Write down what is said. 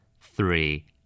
three